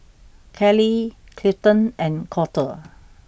Kalie Clifton and Colter